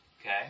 okay